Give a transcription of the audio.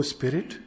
Spirit